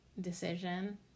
decision